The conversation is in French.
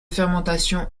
fermentation